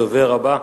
הדובר הבא,